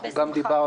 אנחנו גם דיברנו.